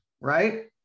right